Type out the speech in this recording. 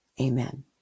Amen